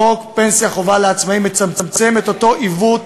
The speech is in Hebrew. חוק פנסיה חובה לעצמאים מצמצם את אותו עיוות